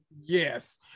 yes